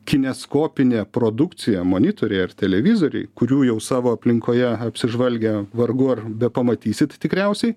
kineskopinė produkcija monitoriai ar televizoriai kurių jau savo aplinkoje apsižvalgę vargu ar pamatysit tikriausiai